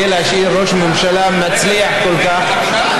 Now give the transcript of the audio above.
כדי להשאיר ראש ממשלה מצליח כל כך.